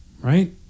Right